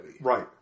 Right